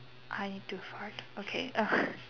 I need to fart okay